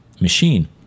machine